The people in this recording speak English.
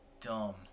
dumb